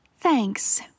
Thanks